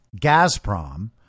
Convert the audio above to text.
Gazprom